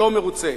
לא מרוצה.